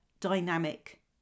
dynamic